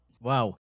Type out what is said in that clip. Wow